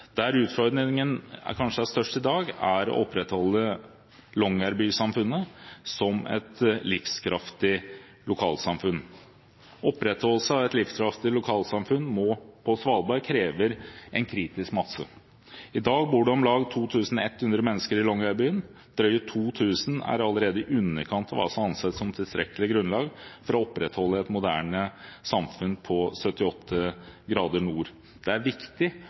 kanskje største utfordringen i dag er å opprettholde longyearbysamfunnet som et livskraftig lokalsamfunn. Opprettholdelse av et livskraftig lokalsamfunn på Svalbard krever en kritisk masse. I dag bor det om lag 2 100 mennesker i Longyearbyen. Drøye 2 000 er allerede i underkant av hva som anses som tilstrekkelig grunnlag for å opprettholde et moderne samfunn på 78 grader nord. Det er viktig